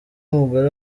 umugore